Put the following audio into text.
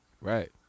Right